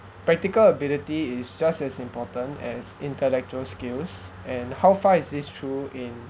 practical ability is just as important as intellectual skills and how far is this true in